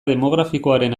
demografikoaren